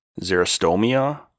xerostomia